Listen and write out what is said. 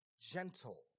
gentle